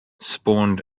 spawned